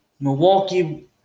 Milwaukee